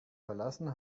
verlassen